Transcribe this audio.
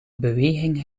beweging